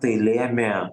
tai lėmė